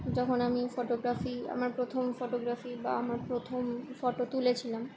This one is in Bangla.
যখন আমি ফটোগ্রাফি আমার প্রথম ফটোগ্রাফি বা আমার প্রথম ফটো তুলেছিলাম